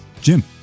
Jim